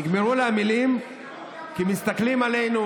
נגמרו לי המילים כי מסתכלים עלינו